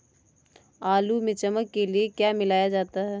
आलू में चमक के लिए क्या मिलाया जाता है?